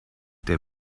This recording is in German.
der